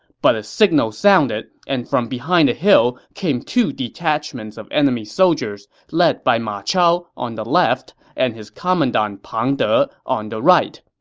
but a signal sounded, and from behind a hill came two detachments of enemy soldiers, led by ma chao on the left and his commandant pang de on the right.